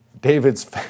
David's